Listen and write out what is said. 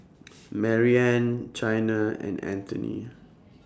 Mariann Chyna and Anthoney